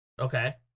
Okay